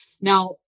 Now